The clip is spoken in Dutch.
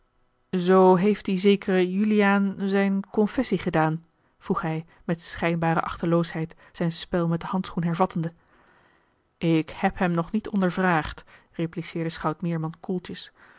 zoo heeft die zekere juliaan zijne confessie gedaan vroeg hij met schijnbare achteloosheid zijn spel met den handschoen hervattende ik heb hem nog niet ondervraagd repliceerde schout meerman koeltjes